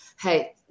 hey